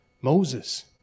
Moses